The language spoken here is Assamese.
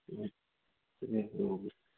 এনে এনেই